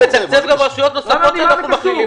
רשויות נוספות שאנחנו מכלילים פה עכשיו.